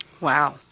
Wow